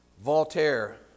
Voltaire